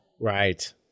Right